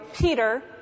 Peter